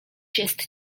jest